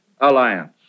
alliance